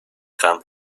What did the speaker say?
gaan